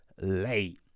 late